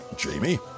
Jamie